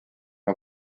oma